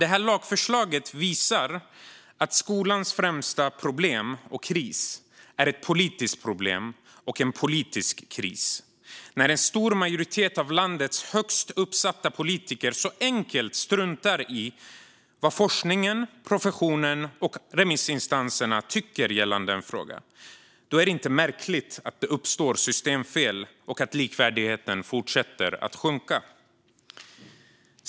Det här lagförslaget visar att skolans främsta problem och kris är ett politiskt problem och en politisk kris. När en stor majoritet av landets högst uppsatta politiker så enkelt struntar i vad forskningen, professionen och remissinstanserna tycker gällande en fråga är det inte märkligt att det uppstår systemfel och att likvärdigheten fortsätter att minska.